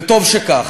וטוב שכך.